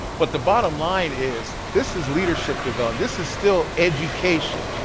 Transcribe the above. but the bottom line is, this is leadership development. this is still education.